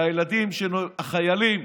והילדים, החיילים,